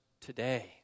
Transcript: today